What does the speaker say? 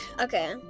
Okay